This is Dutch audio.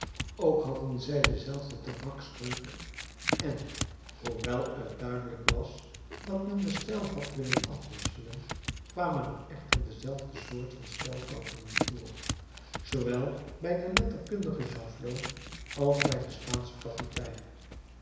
ook hadden zij denzelfden tabaksreuk en hoewel t duidelijk was dat men den stijl had willen afwisselen kwamen er echter dezelfde soort van spelfouten in voor zoowel bij den letterkundige genflot als bij den spaanschen kapitein